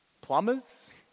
plumbers